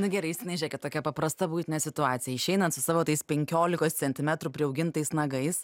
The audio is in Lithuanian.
nu gerai justinai žiūrėkit tokia paprasta buitinė situacija išeinat su savo tais penkiolikos centimetrų priaugintais nagais